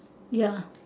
ya